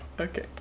Okay